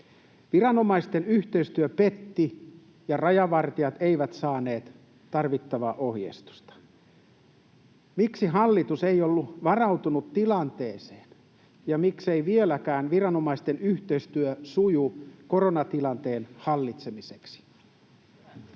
Viranomaisten yhteistyö petti, ja rajavartijat eivät saaneet tarvittavaa ohjeistusta. Miksi hallitus ei ollut varautunut tilanteeseen? Ja miksei vieläkään viranomaisten yhteistyö suju koronatilanteen hallitsemiseksi?